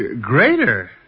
Greater